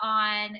on